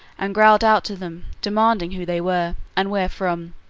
and growled out to them, demanding who they were, and where from.